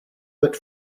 but